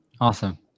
Awesome